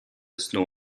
snow